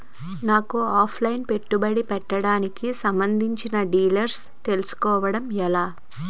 నాకు offline పెట్టుబడి పెట్టడానికి సంబందించిన డీటైల్స్ తెలుసుకోవడం ఎలా?